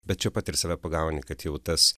bet čia pat ir save pagauni kad jau tas